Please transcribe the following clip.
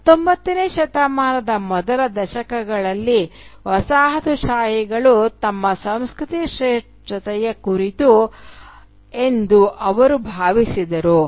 19ನೇ ಶತಮಾನದ ಮೊದಲ ದಶಕಗಳಲ್ಲಿ ವಸಾಹತುಶಾಹಿಗಳು ತಮ್ಮ ಸಂಸ್ಕೃತಿ ಶ್ರೇಷ್ಠತೆಯ ಗುರುತು ಎಂದು ಅವರು ಭಾವಿಸಿದರು